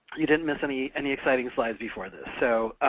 you didn't miss any any exciting slides before this. so,